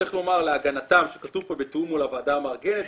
צריך לומר להגנתם שכתוב פה בתיאום מול הוועדה המארגנת,